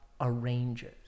arranges